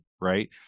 right